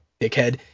dickhead